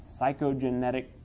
psychogenetic